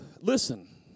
Listen